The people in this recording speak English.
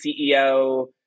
CEO